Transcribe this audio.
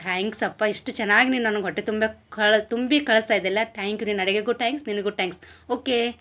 thanks ಅಪ್ಪ ಇಷ್ಟು ಚೆನ್ನಾಗಿ ನೀನು ನನಗೆ ಹೊಟ್ಟೆ ತುಂಬ ಕಳ್ ತುಂಬಿ ಕಳಿಸ್ತಾ ಇದ್ಯಲ್ಲಾ ಟ್ಯಾಂಕ್ ನಿನ್ನ ಅಡಿಗೆಗು ಟ್ಯಾಂಕ್ಸ್ ನಿನಗೂ ಟ್ಯಾಂಕ್ಸ್ ಓಕೆ